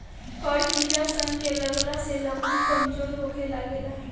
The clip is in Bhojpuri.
कड़ किड़ा सन के लगला से लकड़ी कमजोर होखे लागेला